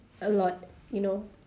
a lot you know